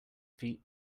feet